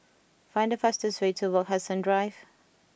find the fastest way to Wak Hassan Drive